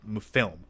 film